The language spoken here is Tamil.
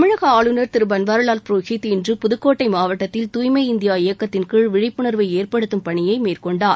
தமிழக ஆளுநர் திரு பன்வாரிலால் புரோஹித் இன்று புதுக்கோட்டை மாவட்டத்தில் தூய்மை இந்தியா இயக்கத்தின்கீழ் விழிப்புணர்வை ஏற்படுத்தும் பணியை மேற்கொண்டார்